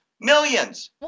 millions